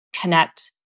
connect